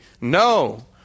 No